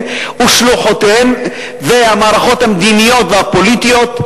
ושלוחותיהן והמערכות המדיניות והפוליטיות,